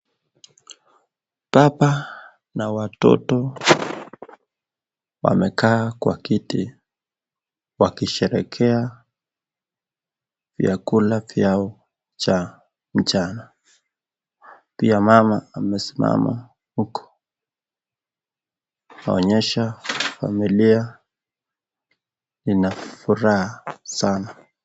Baba na watoto wamekaa Kwa kiti wakisherekea vyakula vyao cha mjana pia mama amesimama huku akionyesha familia ina furaha sana.